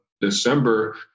December